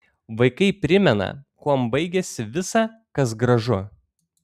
vaikai primena kuom baigiasi visa kas gražu